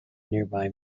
nearby